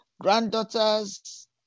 granddaughters